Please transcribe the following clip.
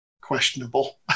questionable